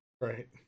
Right